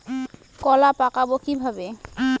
কলা পাকাবো কিভাবে?